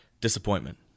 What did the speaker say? disappointment